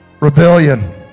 Rebellion